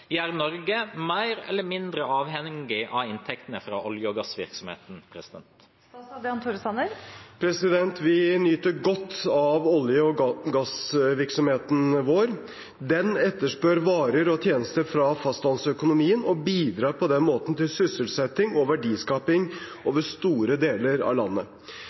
gjør Norge mer eller mindre avhengig av inntektene fra olje- og gassvirksomheten?» Vi nyter godt av olje- og gassvirksomheten vår. Den etterspør varer og tjenester fra fastlandsøkonomien og bidrar på den måten til sysselsetting og verdiskaping over store deler av landet.